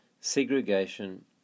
segregation